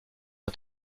est